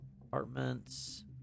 Apartments